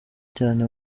cyane